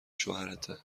شوهرته